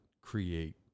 create